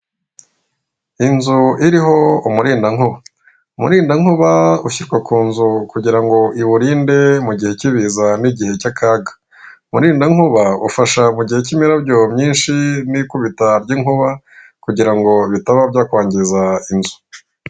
Inzu iriho umurindankuba, umurindankuba ushyirwa ku nzu kugira ngo iwurinde mu gihe kibiza n'igihe cy'akaga. Umurindankuba ufasha mu gihe k'imirabyo myinshi n'ikubita ry'inkuba kugira ngo bitaba byakwangiza inzu.